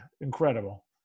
incredible